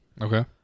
Okay